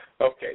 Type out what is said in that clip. Okay